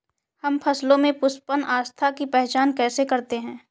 हम फसलों में पुष्पन अवस्था की पहचान कैसे करते हैं?